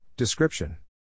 Description